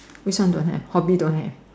which one don't have hobby don't have